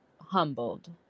humbled